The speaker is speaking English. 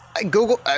Google –